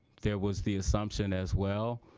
there was the assumption as well